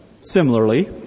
Similarly